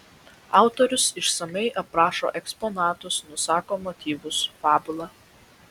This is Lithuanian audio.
autorius išsamiai aprašo eksponatus nusako motyvus fabulą